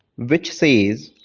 which says,